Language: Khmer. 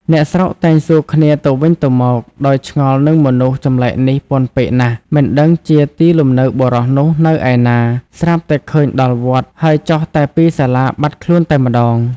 អ្នកស្រុកតែងសួរគ្នាទៅវិញទៅមក ដោយឆ្ងល់នឹងមនុស្សចម្លែកនេះពន់ពេកណាស់ មិនដឹងជាទីលំនៅបុរសនោះនៅឯណា ស្រាប់តែឃើញដល់វត្ត ហើយចុះតែពីសាលាបាត់ខ្លួនតែម្ដង ។